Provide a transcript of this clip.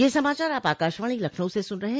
ब्रे क यह समाचार आप आकाशवाणी लखनऊ से सुन रहे हैं